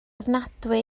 ofnadwy